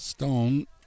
Stone